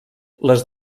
les